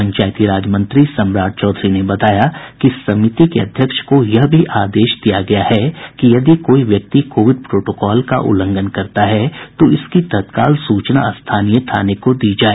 पंचायती राज मंत्री सम्राट चौधरी ने बताया कि समिति के अध्यक्ष को यह भी आदेश दिया गया है कि यदि कोई व्यक्ति कोविड प्रोटोकॉल का उल्लंघन करता है तो इसकी तत्काल सूचना स्थानीय थाने को दी जाए